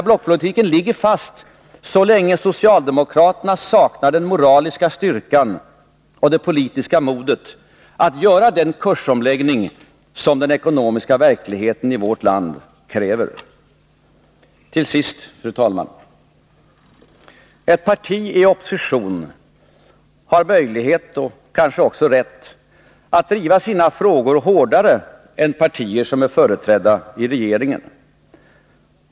Blockpolitiken ligger fast så länge socialdemokraterna saknar den moraliska styrkan och det politiska modet att göra den kursomläggning som den ekonomiska verkligheten i vårt land kräver. Till sist, fru talman! Ett parti i opposition har möjlighet och kanske också rätt att driva sina frågor hårdare än partier som är företrädda i regeringen.